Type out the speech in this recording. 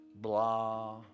blah